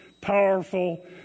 powerful